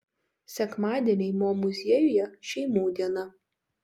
sekmadieniai mo muziejuje šeimų diena